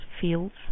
fields